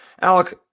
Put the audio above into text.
Alec